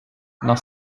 nach